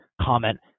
comment